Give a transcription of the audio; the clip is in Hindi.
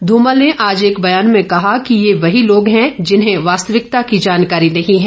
धूमल ने आज एक ब्यान में कहा कि ये वही लोग हैं जिन्हें वास्तविकता की जानकारी नहीं है